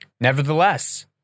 Nevertheless